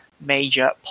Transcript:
major